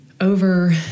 Over